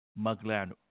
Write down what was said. Maglano